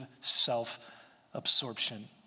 self-absorption